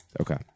Okay